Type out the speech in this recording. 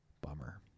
bummer